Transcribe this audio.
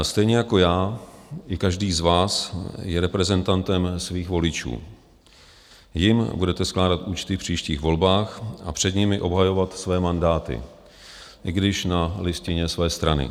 Stejně jako já i každý z vás je reprezentantem svých voličů, jim budete skládat účty v příštích volbách a před nimi obhajovat své mandáty, i když na listině své strany.